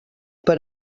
per